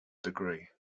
degree